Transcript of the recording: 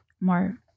more